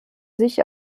sich